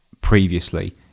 previously